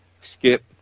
skip